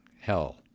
hell